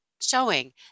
showing